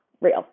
real